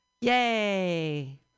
Yay